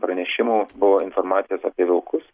pranešimų buvo informacijos apie vilkus